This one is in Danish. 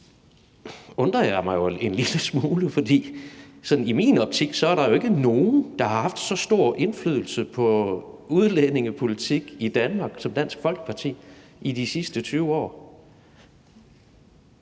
undrer jeg mig en lille smule, for i min optik er der jo ikke nogen, der i de sidste 20 år har haft så stor indflydelse på udlændingepolitik i Danmark som Dansk Folkeparti. Har man ladet stå